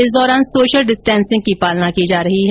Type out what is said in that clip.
इस दौरान social distancing की पालना की जा रही है